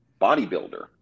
bodybuilder